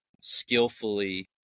skillfully